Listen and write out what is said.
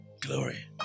glory